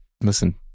Listen